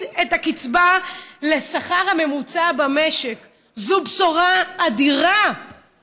את הקצבה לשכר הממוצע במשק זה בשורה אדירה,